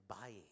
buying